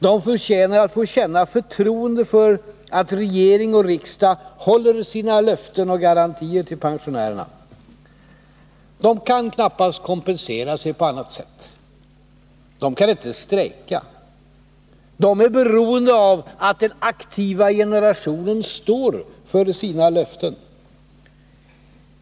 De förtjänar att få känna förtroende för att regering och riksdag håller sina löften och garantier till pensionärerna. Pensionärerna kan knappast kompensera sig på annat sätt. De kan inte strejka. De är beroende av att den aktiva generationen står för givna löften.